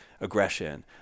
aggression